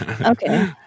Okay